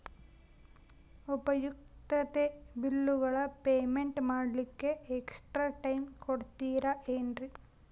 ಉಪಯುಕ್ತತೆ ಬಿಲ್ಲುಗಳ ಪೇಮೆಂಟ್ ಮಾಡ್ಲಿಕ್ಕೆ ಎಕ್ಸ್ಟ್ರಾ ಟೈಮ್ ಕೊಡ್ತೇರಾ ಏನ್ರಿ?